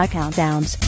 Countdowns